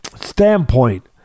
Standpoint